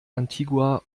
antigua